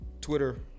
Twitter